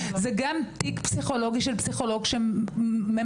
זה גם תיק פסיכולוגי של פסיכולוג שממש